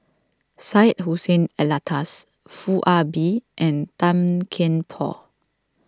Syed Hussein Alatas Foo Ah Bee and Tan Kian Por